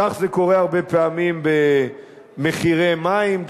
כך זה קורה הרבה פעמים במחירי מים,